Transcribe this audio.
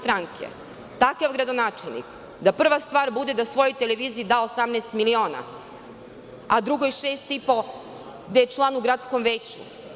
Takav gradonačelnik, da prva stvar bude da svojoj televiziji da 18 miliona, a drugoj šest i po gde je član u gradskom veću.